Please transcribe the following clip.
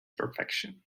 perfection